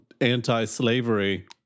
anti-slavery